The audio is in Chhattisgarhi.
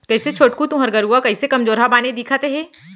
कइसे छोटकू तुँहर गरूवा कइसे कमजोरहा बानी दिखत हे